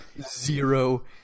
Zero